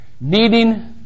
needing